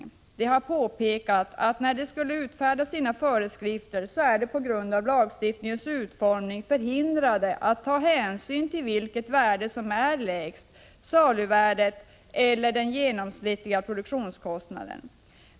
Riksskatteverket har påpekat att man, när man skall utfärda föreskrifter, på grund av lagstiftningens utformning är förhindrad att ta hänsyn till vilket värde som är lägst, saluvärdet eller den genomsnittliga produktionskostnaden.